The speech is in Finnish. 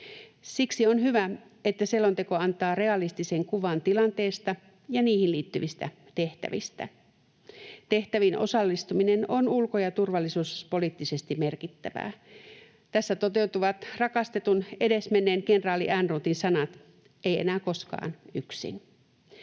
Siksi on hyvä, että selonteko antaa realistisen kuvan tilanteesta ja niihin liittyvistä tehtävistä. Tehtäviin osallistuminen on ulko‑ ja turvallisuuspoliittisesti merkittävää. Tässä toteutuvat rakastetun, edesmenneen kenraali Ehrnroothin sanat: ”Ei enää koskaan yksin.”